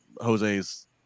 Jose's